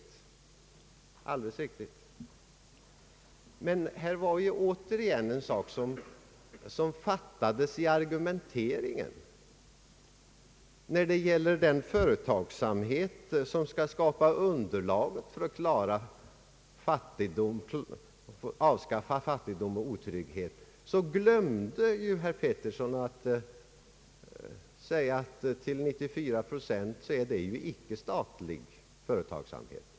Det är alldeles riktigt, men här fattades återigen någonting i argumenteringen. När det gäller den företagsamhet som skall skapa underlag för avskaffandet av fattigdom och otrygghet glömde herr Petersson att säga att till 94 procent är det här fråga om icke-statlig företagsamhet.